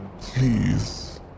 Please